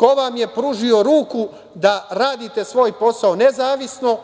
ko vam je pružio ruku da radite svoj posao nezavisno,